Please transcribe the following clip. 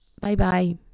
Bye-bye